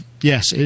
yes